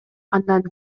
андан